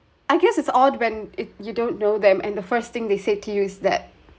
I guess it's odd when it you don't know them and the first thing they said to you is that